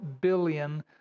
billion